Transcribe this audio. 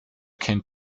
kennt